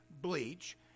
bleach